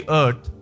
earth